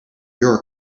your